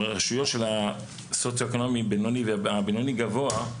ברשויות הסוציואקונומי בינוני-גבוה,